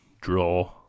draw